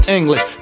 English